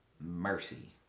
mercy